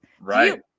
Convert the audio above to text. Right